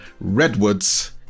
redwoods